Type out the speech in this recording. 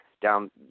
down